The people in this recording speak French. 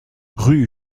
rue